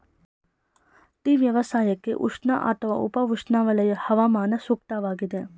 tea ವ್ಯವಸಾಯಕ್ಕೆ ಉಷ್ಣ ಅಥವಾ ಉಪ ಉಷ್ಣವಲಯ ಹವಾಮಾನ ಸೂಕ್ತವಾಗಿದೆ